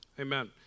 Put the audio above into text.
Amen